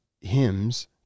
hymns